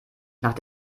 nach